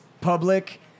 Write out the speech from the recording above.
public